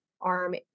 arm